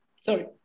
sorry